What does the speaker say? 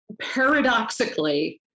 paradoxically